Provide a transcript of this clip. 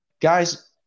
guys